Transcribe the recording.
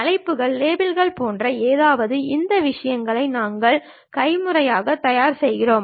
தலைப்புகள் லேபிள்கள் போன்ற ஏதாவது இந்த விஷயங்களை நாங்கள் கைமுறையாக தயார் செய்கிறோம்